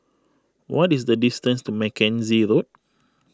what is the distance to Mackenzie Road